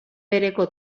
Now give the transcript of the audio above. bereko